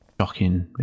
shocking